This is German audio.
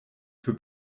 für